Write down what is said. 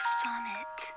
sonnet